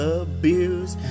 abuse